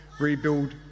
rebuild